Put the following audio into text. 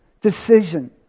decision